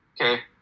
Okay